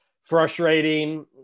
frustrating